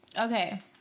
Okay